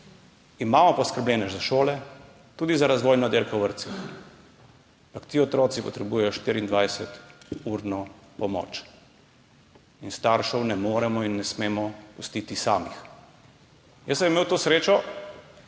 Imamo poskrbljeno za šole, tudi za razvojne oddelke v vrtcih, ampak ti otroci potrebujejo 24-urno pomoč in staršev ne moremo in ne smemo pustiti samih. Jaz sem imel to srečo,